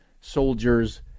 soldiers